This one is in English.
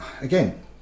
again